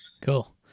cool